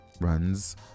runs